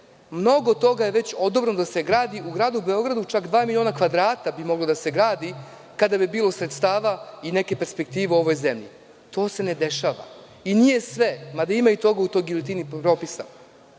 mnogo toga je već odobreno da se gradi, u Gradu Beogradu čak dva miliona kvadrata bi moglo da se gradi kada bi bilo sredstava i neke perspektive u ovoj zemlji. To se ne dešava i nije sve, mada ima i toga u toj giljotini propisa. Koliko